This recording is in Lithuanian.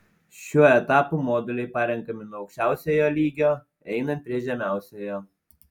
šiuo etapu moduliai parenkami nuo aukščiausiojo lygio einant prie žemiausiojo